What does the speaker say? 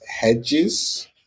Hedges